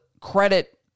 credit